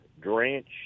drench